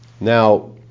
Now